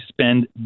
spend